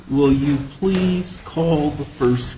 will you please call the first